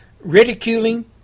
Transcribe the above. ridiculing